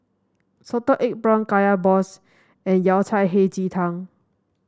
Salted Egg prawn Kaya Balls and Yao Cai Hei Ji Tang